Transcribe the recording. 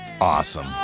awesome